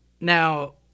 Now